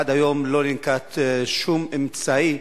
עד היום לא ננקט שום אמצעי,